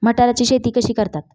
मटाराची शेती कशी करतात?